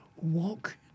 walk